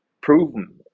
proven